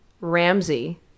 ramsey